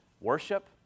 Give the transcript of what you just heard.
worship